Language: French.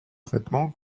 traitement